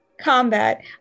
combat